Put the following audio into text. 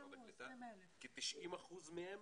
כ-90% מהם